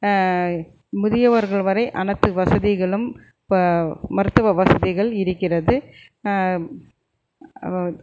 முதியவர்கள் வரை அனைத்து வசதிகளும் இப்ப மருத்துவ வசதிகள் இருக்கிறது